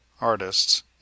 artists